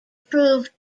proved